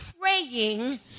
praying